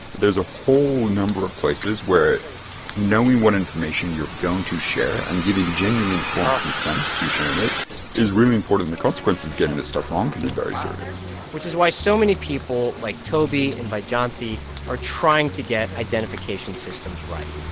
there's a whole number of places where knowing what information you're going to share and giving genuinely informed consent to sharing it is really important. the consequences of getting this stuff wrong can be very serious which is why so many people like toby and vyjayanti are trying to get identification systems right